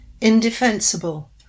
Indefensible